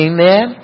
Amen